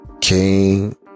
King